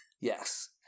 Yes